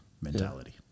mentality